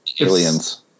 aliens